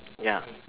ya